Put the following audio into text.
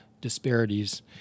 disparities